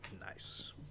Nice